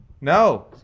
No